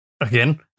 Again